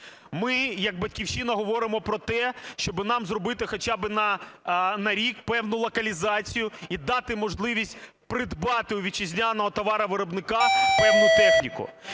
Ми як "Батьківщина" говоримо про те, щоб нам зробити хоча би на рік певну локалізацію і дати можливість придбати у вітчизняного товаровиробника певну техніку.